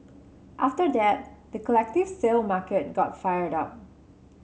after that the collective sale market got fired up